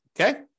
Okay